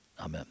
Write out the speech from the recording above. Amen